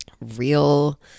real